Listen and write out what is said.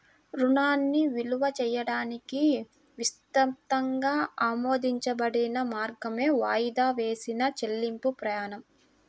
రుణాన్ని విలువ చేయడానికి విస్తృతంగా ఆమోదించబడిన మార్గమే వాయిదా వేసిన చెల్లింపు ప్రమాణం